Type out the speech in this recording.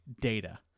data